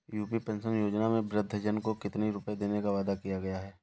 UP pension योजना में वृद्धजन को कितनी रूपये देने का वादा किया गया है?